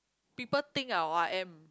people think ah !wah! am